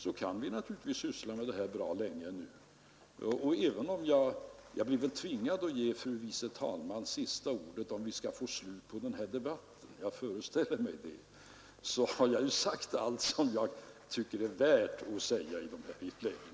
Jag blir väl tvingad att ge fru andre vice talmannen sista ordet om vi skall få slut på den här debatten. Jag har sagt allt som jag tycker är värt att säga i den här frågan